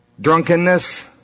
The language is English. drunkenness